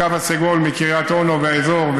את הקו הסגול מקריית אונו והאזור,